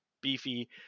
beefy